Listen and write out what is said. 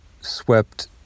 swept